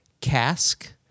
cask